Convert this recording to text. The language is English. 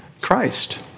Christ